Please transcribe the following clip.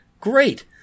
Great